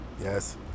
Yes